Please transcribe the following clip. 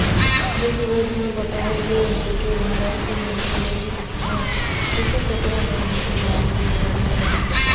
ऋगवेद म बताए गे हे के भारत के मनखे मन ह सूती कपड़ा बनाए के बारे म जानत रहिस हे